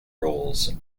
rules